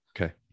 Okay